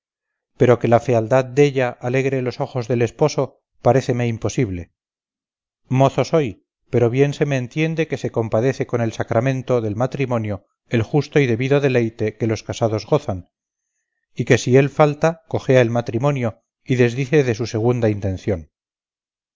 pero que la fealdad della alegre los ojos del esposo paréceme imposible mozo soy pero bien se me entiende que se compadece con el sacramento del matrimonio el justo y debido deleite que los casados gozan y que si él falta cojea el matrimonio y desdice de su segunda intención